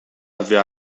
avait